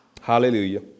Hallelujah